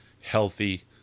healthy